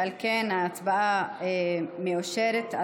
ועל כן ההצעה מאושרת.